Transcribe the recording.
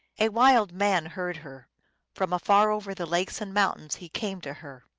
a wild man heard her from afar over the lakes and mountains he came to her.